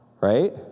right